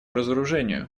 разоружению